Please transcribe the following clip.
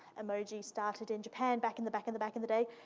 emoji started in japan back in the, back in the, back in the day.